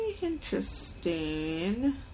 interesting